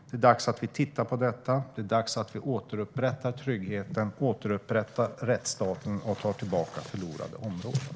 Det är dags att vi tittar på detta. Det är dags att vi återupprättar tryggheten, återupprättar rättsstaten och tar tillbaka förlorade områden.